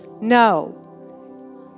No